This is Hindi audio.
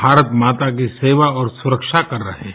भारत माता की सेवा और सुरक्षा कर रहें हैं